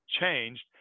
changed